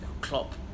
Klopp